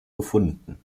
gefunden